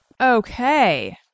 Okay